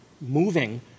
moving